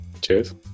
Cheers